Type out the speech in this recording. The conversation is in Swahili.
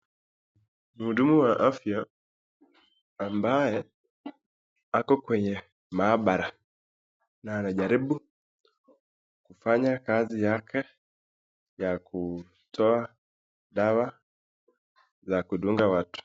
Mhudumu wa afya ambaye ako kwenye maabara na anajaribu kufanya kazi yake ya kutoa dawa za kudunga watu.